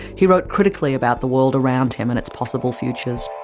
he wrote critically about the world around him and its possible futures.